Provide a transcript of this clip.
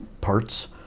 parts